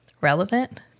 relevant